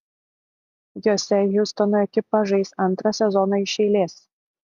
jose hjustono ekipa žais antrą sezoną iš eilės